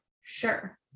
Sure